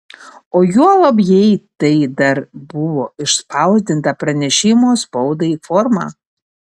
o juolab jei tai dar buvo išspausdinta pranešimo spaudai forma